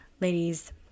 ladies